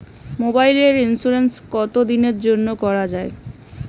মোবাইলের ইন্সুরেন্স কতো দিনের জন্যে করা য়ায়?